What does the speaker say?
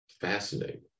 fascinating